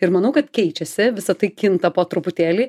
ir manau kad keičiasi visa tai kinta po truputėlį